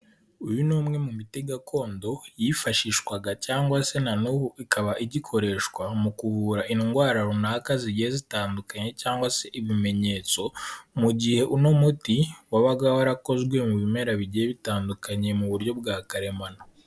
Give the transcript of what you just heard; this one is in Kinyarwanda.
Uyu ni umwe mu miti gakondo yifashishwaga cyangwa se na n'ubu ikaba igikoreshwa, mu kuvura indwara runaka zigiye zitandukanye cyangwa se ibimenyetso, mu gihe uno muti wabaga warakozwe mu bimera bigiye bitandukanye mu buryo bwa karemano.